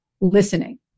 listening